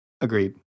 Agreed